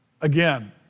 again